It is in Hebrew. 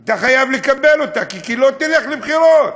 אתה חייב לקבל, כי לא, תלך לבחירות.